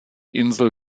insel